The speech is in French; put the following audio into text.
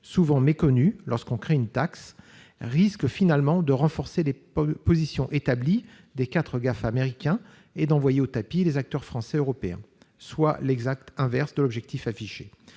souvent méconnus lorsque l'on crée une taxe, risquent finalement de renforcer les positions établies des quatre Gafa américains et d'envoyer au tapis les acteurs français et européens, soit l'exact inverse de l'objectif affiché.